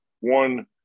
one